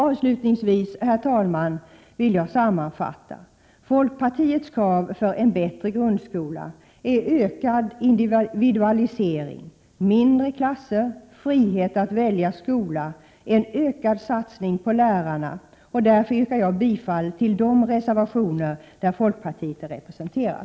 Avslutningsvis, herr talman, vill jag sammanfatta: Folkpartiets krav för en bättre grundskola är ökad individualisering, mindre klasser, frihet att välja skola samt en ökad satsning på lärarna, och därför yrkar jag bifall till de reservationer där folkpartiet är representerat.